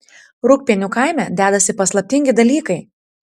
rūgpienių kaime dedasi paslaptingi dalykai